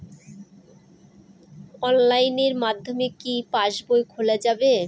অনলাইনের মাধ্যমে কি পাসবই খোলা যাবে?